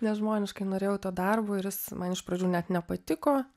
nežmoniškai norėjau to darbo ir jis man iš pradžių net nepatiko